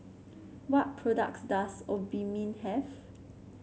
what products does Obimin have